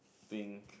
think